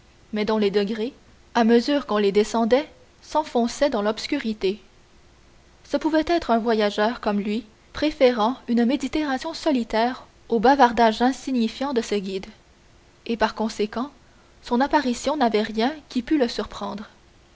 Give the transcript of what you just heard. mais dont les degrés à mesure qu'on les descendait s'enfonçaient dans l'obscurité ce pouvait être un voyageur comme lui préférant une méditation solitaire au bavardage insignifiant de ses guides et par conséquent son apparition n'avait rien qui pût le surprendre